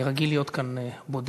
אני רגיל להיות כאן בודד,